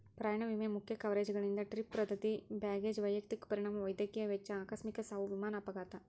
ಪ್ರಯಾಣ ವಿಮೆ ಮುಖ್ಯ ಕವರೇಜ್ಗಳಂದ್ರ ಟ್ರಿಪ್ ರದ್ದತಿ ಬ್ಯಾಗೇಜ್ ವೈಯಕ್ತಿಕ ಪರಿಣಾಮ ವೈದ್ಯಕೇಯ ವೆಚ್ಚ ಆಕಸ್ಮಿಕ ಸಾವು ವಿಮಾನ ಅಪಘಾತ